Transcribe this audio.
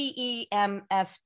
PEMF